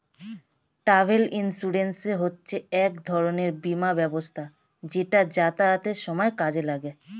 travel insurance হচ্ছে এক রকমের বীমা ব্যবস্থা যেটা যাতায়াতের সময় কাজে লাগে